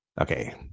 Okay